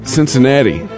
Cincinnati